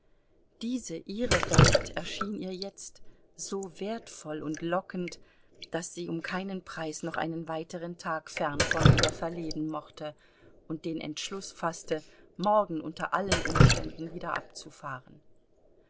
diese ihre welt erschien ihr jetzt so wertvoll und lockend daß sie um keinen preis noch einen weiteren tag fern von ihr verleben mochte und den entschluß faßte morgen unter allen umständen wieder abzufahren